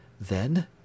Then